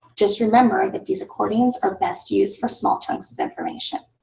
just remember that these accordions are best used for small chunks of information.